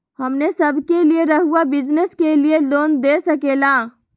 हमने सब के लिए रहुआ बिजनेस के लिए लोन दे सके ला?